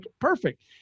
perfect